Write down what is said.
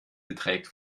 beträgt